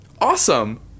Awesome